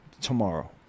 tomorrow